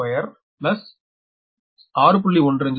08662 6